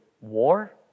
war